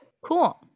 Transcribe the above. Cool